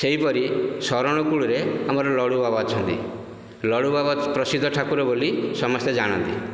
ସେହିପରି ଶରଣକୁଳରେ ଆମର ଲଡ଼ୁବାବା ଅଛନ୍ତି ଲଡ଼ୁବାବା ପ୍ରସିଦ୍ଧ ଠାକୁର ବୋଲି ସମସ୍ତେ ଜାଣନ୍ତି